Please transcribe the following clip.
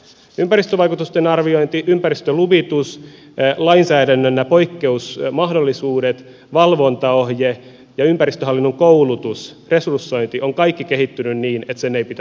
ympäristövaikutusten arviointi ympäristöluvitus lainsäädännön poikkeusmahdollisuudet valvontaohje ja ympäristöhallinnon koulutus resursointi ovat kaikki kehittyneet niin että sen ei pitäisi olla mahdollista